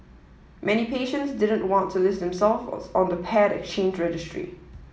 many patients didn't want to list them self was on the paired exchange registry